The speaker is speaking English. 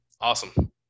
Awesome